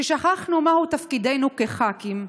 ששכחנו מהו תפקידנו כח"כים.